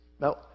Now